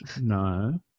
No